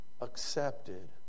accepted